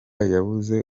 yabuze